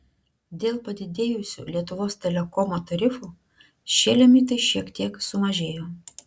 dėl padidėjusių lietuvos telekomo tarifų šie limitai šiek tiek sumažėjo